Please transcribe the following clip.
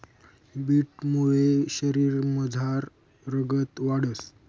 बीटमुये शरीरमझार रगत वाढंस